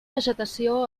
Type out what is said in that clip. vegetació